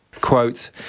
Quote